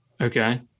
Okay